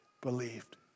believed